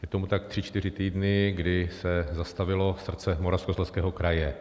Je tomu tak tři čtyři týdny, kdy se zastavilo srdce Moravskoslezského kraje.